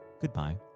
goodbye